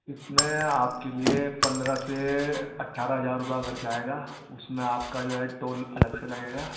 اس میں آپ کے لیے پندرہ سے اٹھارہ ہزار روپیہ خرچ آئے گا اس میں آپ کا جو ہے ٹول الگ سے لگے گا